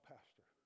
Pastor